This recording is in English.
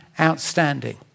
outstanding